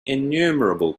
innumerable